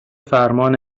فرمان